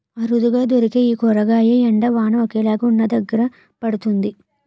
అరుదుగా దొరికే ఈ కూరగాయ ఎండ, వాన ఒకేలాగా వున్నదగ్గర పండుతుంది